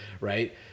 right